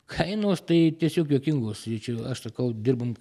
kainos tai tiesiog juokingos tai čia aš sakau dirbam